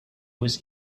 was